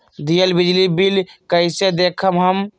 दियल बिजली बिल कइसे देखम हम?